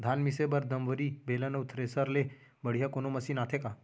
धान मिसे बर दंवरि, बेलन अऊ थ्रेसर ले बढ़िया कोनो मशीन आथे का?